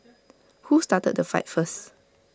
who started the fight first